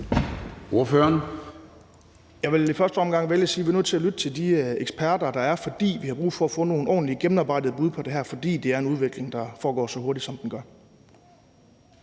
vil sige, at vi i første omgang er nødt til at lytte til eksperterne, for vi har brug for at få nogle ordentlige og gennemarbejdede bud på det her, fordi det er en udvikling, der foregår så hurtigt, som den gør.